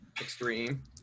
extreme